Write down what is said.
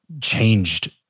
changed